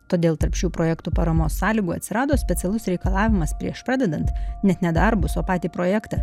todėl tarp šių projektų paramos sąlygų atsirado specialus reikalavimas prieš pradedant net ne darbus o patį projektą